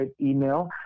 email